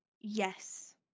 yes